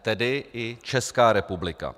Tedy i Česká republika.